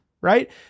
right